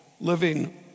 living